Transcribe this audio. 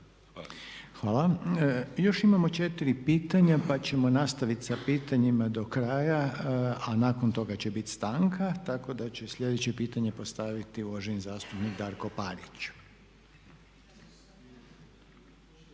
Hvala. Još imamo 4 pitanja pa ćemo nastaviti sa pitanjima do kraja a nakon toga će biti stanka. Tako da će sljedeće pitanje postaviti uvaženi zastupnik Darko Parić.